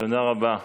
תודה רבה.